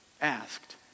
asked